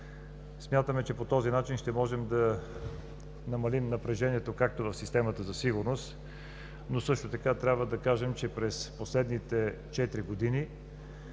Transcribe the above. Смятаме, че по този начин ще можем да намалим напрежението в системата за сигурност. Също така трябва да кажем, че през последните четири